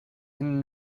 hidden